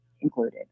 included